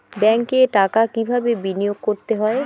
ব্যাংকে টাকা কিভাবে বিনোয়োগ করতে হয়?